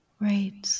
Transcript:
Right